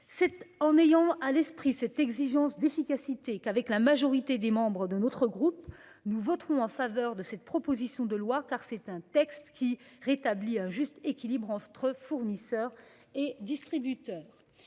C'est en ayant à l'esprit cette exigence d'efficacité que la majorité des membres de mon groupe votera en faveur de la présente proposition de loi, car ce texte rétablit un juste équilibre entre fournisseurs et distributeurs.